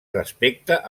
respecte